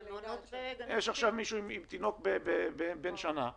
מה עושה מישהו עם תינוק בן שנה בבית,